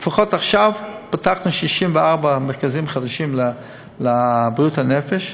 לפחות עכשיו פתחנו 64 מרכזים חדשים לבריאות הנפש,